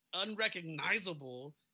unrecognizable